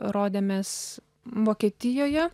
rodėmės vokietijoje